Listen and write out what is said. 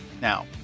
Now